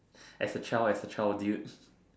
as a child as a child dude